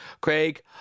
Craig